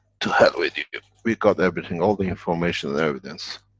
to hell with you! we got everything, all the information and evidence.